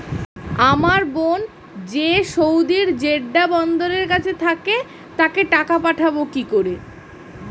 আমার বোন যে সৌদির জেড্ডা বন্দরের কাছে থাকে তাকে টাকা পাঠাবো কি করে?